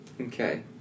Okay